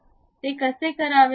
ते कसे करावे